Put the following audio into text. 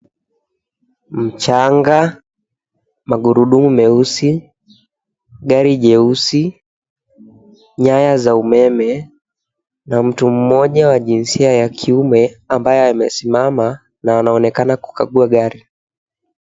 Mchanga, magurudumu meusi, gari jeusi, nyaya za umeme na mtu mmoja wa jinsia ya kiume ambaye amesimama na anaonekana kukagua gari.